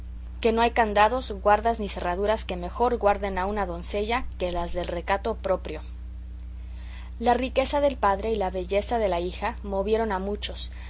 que no hay candados guardas ni cerraduras que mejor guarden a una doncella que las del recato proprio la riqueza del padre y la belleza de la hija movieron a muchos